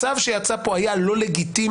הצו שיצא פה היה לא לגיטימי,